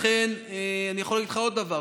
לכן, אני יכול להגיד לך עוד דבר.